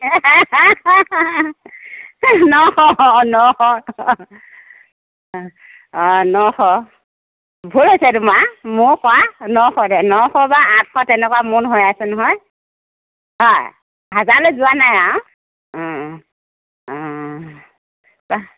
নশ নশ অ অ নশ ভুল হৈছে তোমাৰ মোৰ কোৱা নশ দে নশ বা আঠশ তেনেকুৱা মোন হৈ আছে নহয় হয় হাজাৰলৈ যোৱা নাই আৰু ও ও ও ওম